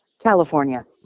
California